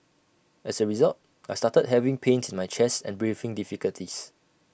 as A result I started having pains in my chest and breathing difficulties